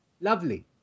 Lovely